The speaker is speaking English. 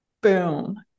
Boom